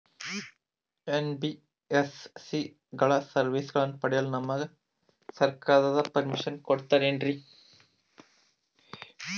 NBSC ಗಳ ಸರ್ವಿಸನ್ನ ಪಡಿಯಲು ನಮಗೆ ಸರ್ಕಾರ ಪರ್ಮಿಷನ್ ಕೊಡ್ತಾತೇನ್ರೀ?